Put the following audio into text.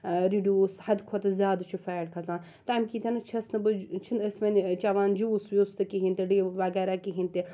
reduce حد کھۄتہٕ زیادٕ چھُ فیٹ کھَژان تَمہِ کِنۍ چھس نہٕ بہٕ چھِنہٕ أسۍ وۄنۍ چیٚوان جوٗس ووٗس تہِ کِہیٖنۍ تہِ ڈِیو وغیرَہ کِہیٖنۍ تہِ